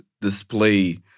display